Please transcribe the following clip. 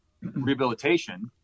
rehabilitation